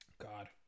God